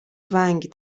ونگ